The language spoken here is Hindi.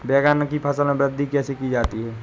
बैंगन की फसल में वृद्धि कैसे की जाती है?